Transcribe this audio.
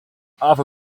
offer